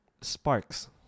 sparks